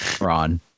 Ron